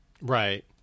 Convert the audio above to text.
Right